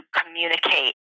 communicate